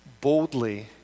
boldly